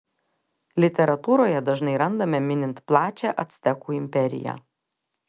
literatūroje dažnai randame minint plačią actekų imperiją